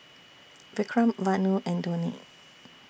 Vikram Vanu and Dhoni